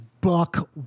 buck